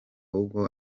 kuko